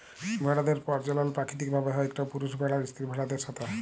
ভেড়াদের পরজলল পাকিতিক ভাবে হ্যয় ইকট পুরুষ ভেড়ার স্ত্রী ভেড়াদের সাথে